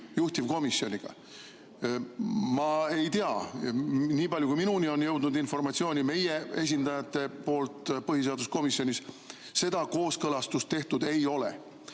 juhtivkomisjoniga. Nii palju kui minuni on jõudnud informatsiooni meie esindajatelt põhiseaduskomisjonis, seda kooskõlastust tehtud ei ole.